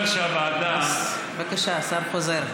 אני אומר שהוועדה, בבקשה, השר חוזר.